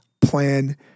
plan